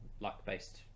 luck-based